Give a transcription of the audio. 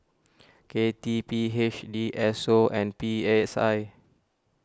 K T P H D S O and P S I